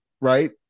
right